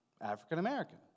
African-American